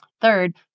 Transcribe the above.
Third